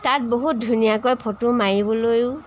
তাত বহুত ধুনীয়াকৈ ফটো মাৰিবলৈও